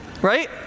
right